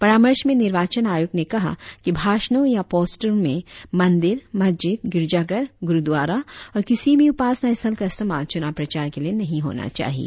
परामर्श में निर्वाचन आयोग ने कहा कि भाषणों या पोस्टरो में मंदिर मस्जिद गिरजाघर गुरुद्वारा और किसी भी उपासना स्थल का इस्तेमाल चुनाव प्रचार के लिए नही होना चाहिए